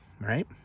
right